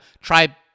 try